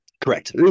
Correct